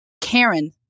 Karen